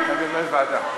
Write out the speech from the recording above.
טוב, ועדה.